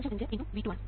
5 x V2 ആണ്